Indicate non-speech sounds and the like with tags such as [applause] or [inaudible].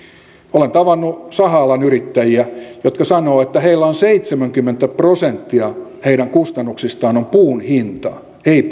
olen tavannut saha alan yrittäjiä jotka sanovat että seitsemänkymmentä prosenttia heidän kustannuksistaan on puun hintaa ei [unintelligible]